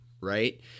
right